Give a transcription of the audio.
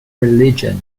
religion